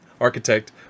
architect